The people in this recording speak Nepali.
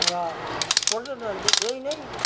र पर्यटकहरूको यहीनै